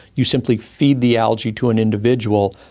you simply feed the algae to an individual,